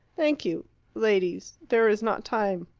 thank you ladies there is not time